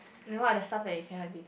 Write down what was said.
and what are the stuff that you cannot did